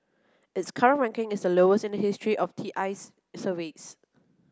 its current ranking is the lowest in the history of T I's surveys